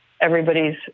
everybody's